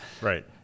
right